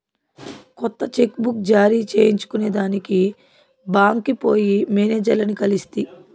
కొత్త cheque book జారీ చేయించుకొనేదానికి బాంక్కి పోయి మేనేజర్లని కలిస్తి